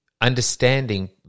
understanding